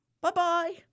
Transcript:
Bye-bye